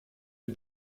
est